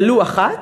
ולו אחת.